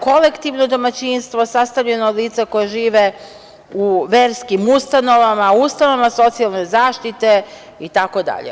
Kolektivno domaćinstvo sastavljeno od lica koja žive u verskim ustanovama, ustanovama socijalne zaštite, itd.